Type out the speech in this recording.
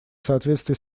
соответствии